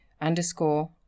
underscore